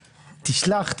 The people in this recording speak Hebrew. תשלח,